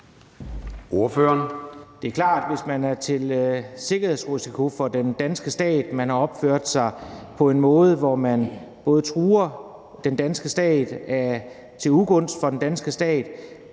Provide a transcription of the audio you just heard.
Det er klart, at hvis man er til sikkerhedsrisiko for den danske stat og man har opført sig på en måde, hvor man både truer den danske stat og er til ugunst for den danske stat,